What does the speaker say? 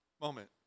moment